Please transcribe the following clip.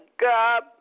God